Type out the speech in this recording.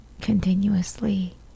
continuously